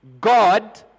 God